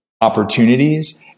opportunities